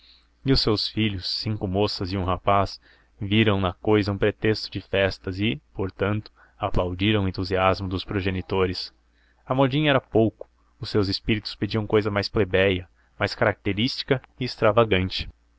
e os seus filhos cinco moças e um rapaz viram na cousa um pretexto de festas e portanto aplaudiram o entusiasmo dos progenitores a modinha era pouco os seus espíritos pediam cousa mais plebéia mais característica e extravagante